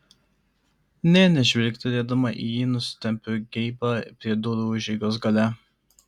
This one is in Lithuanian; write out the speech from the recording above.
nė nežvilgtelėdama į jį nusitempiu geibą prie durų užeigos gale